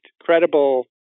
credible